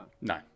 No